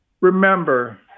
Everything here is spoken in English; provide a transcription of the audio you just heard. remember